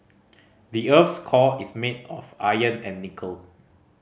the earth's core is made of iron and nickel